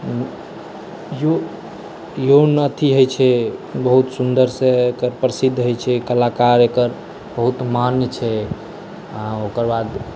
ये नृत्य होइ छै बहुत सुन्दर से एकर प्रसिद्ध होइ छै कलाकार एकर बहुत मांग छै ओकर बाद